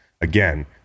Again